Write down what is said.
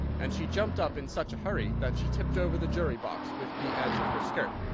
and she jumped up in such a hurry that she tipped over the jury-box with the edge of her skirt,